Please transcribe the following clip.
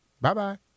bye-bye